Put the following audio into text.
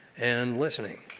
and listening.